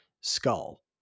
Skull